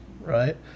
right